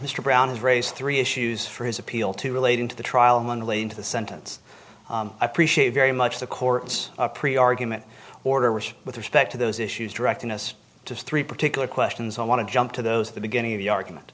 mr brown has raised three issues for his appeal to relating to the trial to the sentence i appreciate very much the court's pretty argument order which with respect to those issues directing us to three particular questions i want to jump to those at the beginning of the argument